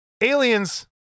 aliens